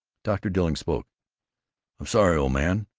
dr. dilling spoke i'm sorry, old man,